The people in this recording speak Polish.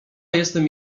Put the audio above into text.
jestem